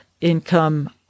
income